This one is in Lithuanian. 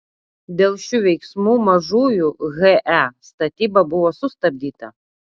dėl šių veiksmų mažųjų he statyba buvo sustabdyta